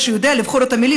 הוא יודע לבחור את המילים